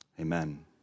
amen